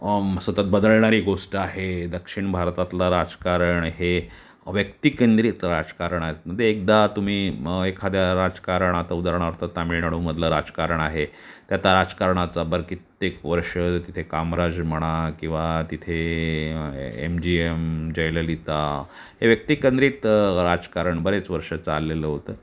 सतत बदलणारी गोष्ट आहे दक्षिण भारतातलं राजकारण हे व्यक्तिकेंद्रित राजकारण आहे म्हणजे एकदा तुम्ही म एखाद्या राजकारणात उदाहरणार्थ तामिळनाडूमधलं राजकारण आहे त्यात राजकारणाचा बरं कित्येक वर्ष तिथे कामराज म्हणा किंवा तिथे एम जी एम जयललिता हे व्यक्तिकेंद्रित राजकारण बरेच वर्ष चाललेलं होतं